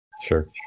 Sure